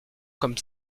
comme